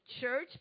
church